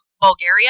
Bulgaria